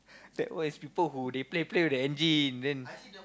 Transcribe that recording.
that was people who they play play with the engine then